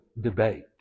debate